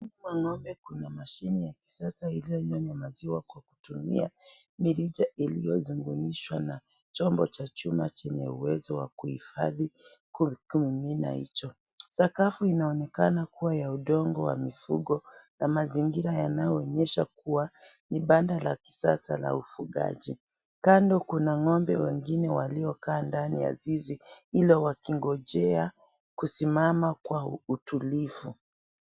Kuna mashine ya kisasa inayonyonya maziwa kwa kutumia mirija iliyounganishwa na chombo cha chuma cheye uwezo wa kuhifadhi kwa kimimina hicho, sakafu inaoneka kuwa ya udongo wa mifugo na mazingira yanaonyesha kuwa ni banda la kisasa la ufugaji, kando kuna ngombe wengine waliokaa ndani ya zizi ila wakingojea kusimama kwa utulivu.